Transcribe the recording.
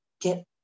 get